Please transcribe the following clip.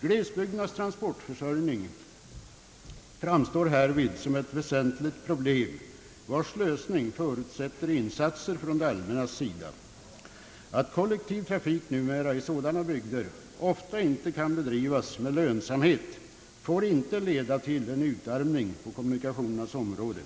Glesbygdernas transportförsörjning framstår härvid som ett väsentligt problem, vars lösning förutsätter insatser från det allmännas sida. Att kollektiv trafik numera i sådana bygder ofta inte kan bedrivas med lönsamhet får inte leda till en utarmning på kommunikationernas område.